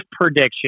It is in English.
prediction